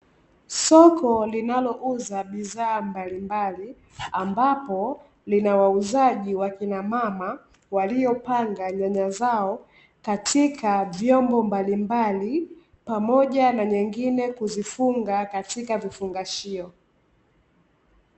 Soko linalouza bidhaa mbalimbali, ambapo linawauzaji wakinamama walipanga nyanya zao katika vyombo mbalimbali pamoja nyengine kuzifunga katika vifungashio.